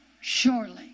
surely